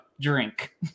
drink